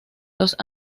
los